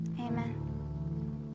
Amen